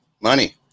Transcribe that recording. Money